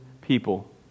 people